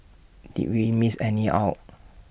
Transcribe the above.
did we miss any out